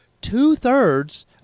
two-thirds